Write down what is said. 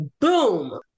boom